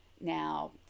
Now